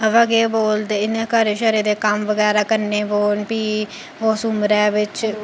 अवा केह् बोलदे इ'नें घरें शरें दे कम्म बगैरा करने पौन फ्ही उस उम्रै बिच ओह्